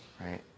right